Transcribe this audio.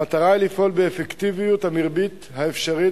המטרה היא לפעול באפקטיביות המרבית האפשרית